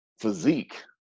physique